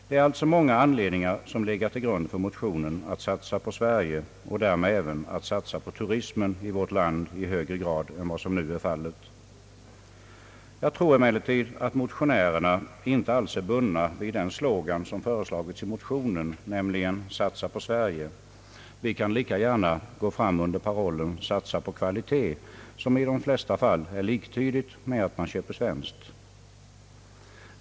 Det är alltså många faktorer som har legat till grund för motionskravet »Satsa på Sverige» och därmed även för kravet att satsa på turismen i vårt land i högre grad än vad som nu är fallet. Jag tror emellertid att motionärerna inte alls är bundna vid den slogan som föreslagits i motionerna, nämligen »Satsa på Sverige». Vi kan lika gärna gå fram under parollen »Satsa på kvalitet», som i de flesta fall är liktydigt med att man köper svenskt.